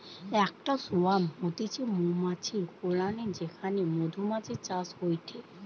একটা সোয়ার্ম হতিছে মৌমাছির কলোনি যেখানে মধুমাছির চাষ হয়টে